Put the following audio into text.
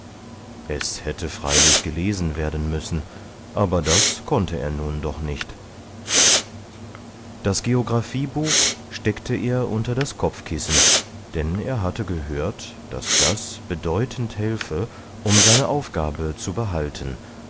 es hätte freilich gelesen werden müssen aber das konnte er nun doch nicht das geographiebuch steckte er unter das kopfkissen denn er hatte gehört daß das bedeutend helfe um seine aufgabe zu behalten